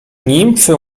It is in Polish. nimfy